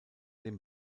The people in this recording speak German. dem